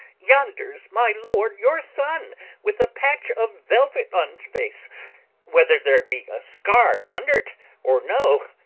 yonder's my lord your son with a patch of velvet on's face whether there be a scar under t or no,